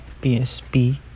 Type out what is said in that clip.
PSP